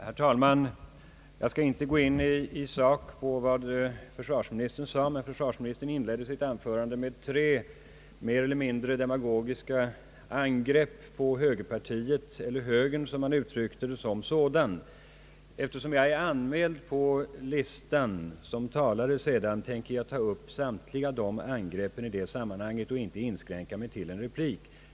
Herr talman! Jag skall inte gå in i sak på vad försvarsministern här anförde, trots att försvarsministern inledde sitt anförande med tre mer eller mindre demagogiska angrepp på högerpartiet eller på »högern» — som han uttryckte det. Eftersom jag är anmäld på talarlistan, tänker jag ta upp samtliga dessa angrepp i senare sammanhang.